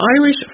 Irish